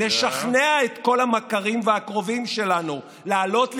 נשכנע את כל המכרים והקרובים שלנו לעלות לירושלים,